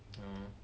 orh